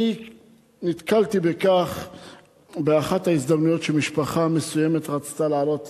אני נתקלתי באחת ההזדמנויות במשפחה מסוימת שרצתה לעלות